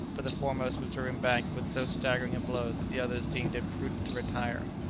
but the foremost was driven back with so staggering a blow that the others deemed it prudent to retire.